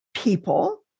people